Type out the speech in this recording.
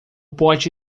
pote